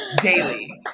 daily